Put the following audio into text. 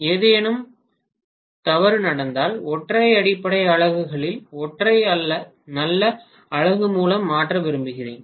ஏதேனும் தவறு நடந்தால் ஒற்றை அடிப்படை அலகுகளில் ஒன்றை நல்ல அலகு மூலம் மாற்ற விரும்புகிறேன்